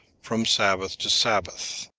from sabbath to sabbath.